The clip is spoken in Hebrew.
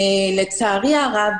לצערי הרב,